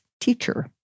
teacher